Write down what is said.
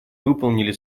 выполнили